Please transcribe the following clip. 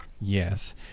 Yes